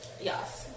Yes